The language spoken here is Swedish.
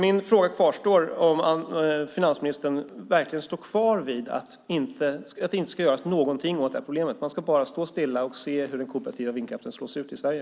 Min fråga kvarstår: Står finansministern verkligen fast vid att man inte ska göra någonting åt problemet? Ska man bara stå och se på hur den kooperativ vindkraften slås ut i Sverige?